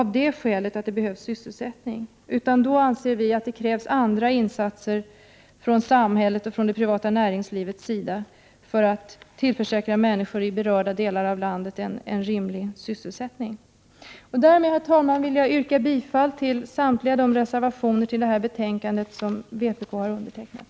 Vi anser att det krävs andra insatser från samhället och det privata näringslivet för att tillförsäkra människor i berörda delar av landet en rimlig grad av sysselsättning. Herr talman! Därmed vill jag yrka bifall till samtliga reservationer i betänkandet som vpk har undertecknat.